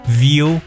view